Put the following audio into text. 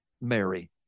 Mary